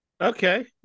Okay